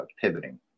pivoting